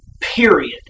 period